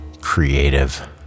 creative